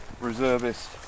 reservist